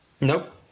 Nope